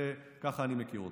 ככה אני מכיר אותו.